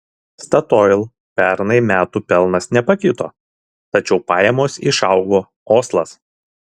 statoil pernai metų pelnas nepakito tačiau pajamos išaugo oslas